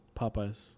Popeyes